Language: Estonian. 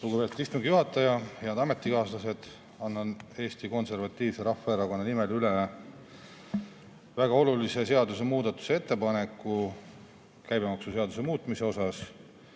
Lugupeetud istungi juhataja! Head ametikaaslased! Annan Eesti Konservatiivse Rahvaerakonna nimel üle väga olulise seadusemuudatuse, ettepaneku käibemaksuseaduse muutmiseks.